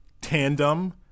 tandem